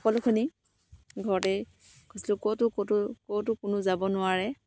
সকলোখিনি ঘৰতেই ক'তো ক'তো কতো কোনো যাব নোৱাৰে